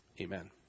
Amen